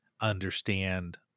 understand